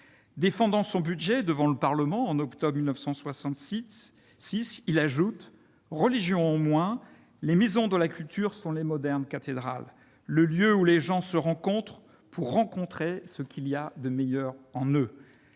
Défendant son budget devant le Parlement en octobre 1966, il ajoutait :« Religion en moins, les maisons de la culture sont les modernes cathédrales : le lieu où les gens se rencontrent pour rencontrer ce qu'il y a de meilleur en eux.